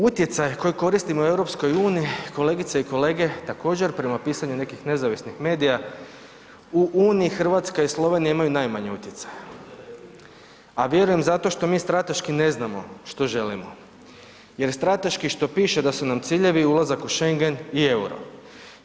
Utjecaj koji koristimo u EU kolegice i kolege također prema pisanju nekih nezavisnih medija u uniji Hrvatska i Slovenija imaju najmanje utjecaja, a vjerujem zato što mi strateški ne znamo što želimo, jer strateški što piše da su nam ciljevi ulazak u Schengen i EUR-o.